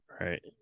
Right